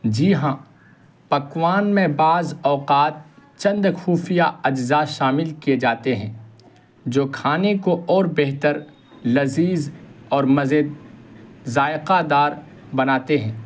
جی ہاں پکوان میں بعض اوقات چند خفیہ اجزاء شامل کیے جاتے ہیں جو کھانے کو اور بہتر لذیذ اور مزے ذائقہ دار بناتے ہیں